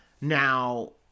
now